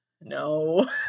no